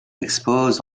expose